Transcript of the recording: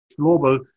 Global